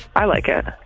i like it.